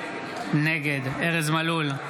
נגד ארז מלול,